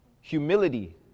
Humility